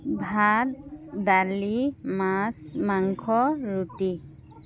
ভাত দালি মাছ মাংস ৰুটি